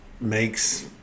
makes